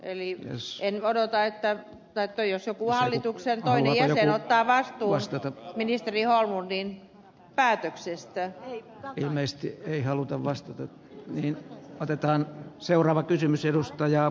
eli en odota vastausta vai haluaako joku hallituksen toinen jäsen ottaa vastuun ministeri holmlundin päätöksestä ei ilmeisesti ei haluta vastata niihin otetaan seuraava kysymys edustaja